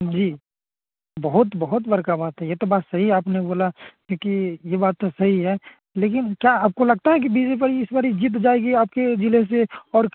जी बौहौत बहुत बड़का बात है ये तो बात सही आपने बोला क्योंकि ये बात सही है लेकिन क्या आपको लगता है कि बी जे पई इस बारी जीत जाएगी आपके ज़िले से और